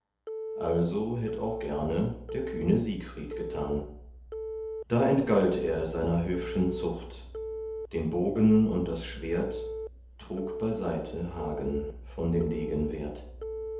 also hätt auch gerne der kühne siegfried getan da entgalt er seiner höfschen zucht den bogen und das schwert trug beiseite hagen von dem degen